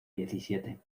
diecisiete